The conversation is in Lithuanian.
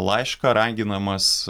laišką raginamas